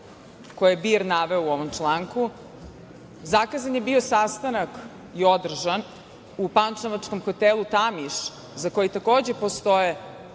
koje je BIRN naveo u ovom članku, zakazan je bio sastanak i održan u pančevačkom hotelu „Tamiš“, za koji takođe postoje